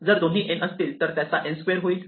जर दोन्ही n असतील तर त्याचा n स्क्वेअर होईल